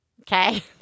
Okay